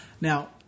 Now